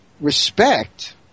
respect